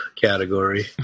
category